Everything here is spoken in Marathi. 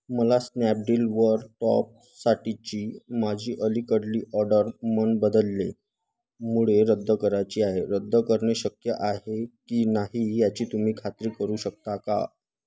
मला स्नॅपडीलवर टॉपसाठीची माझी अलीकडली ऑर्डर मन बदलल्यामुळे रद्द करायची आहे रद्द करणे शक्य आहे की नाही याची तुम्ही खात्री करू शकता का